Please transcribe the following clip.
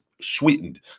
sweetened